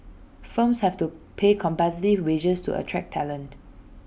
firms have to pay competitive wages to attract talent